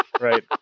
right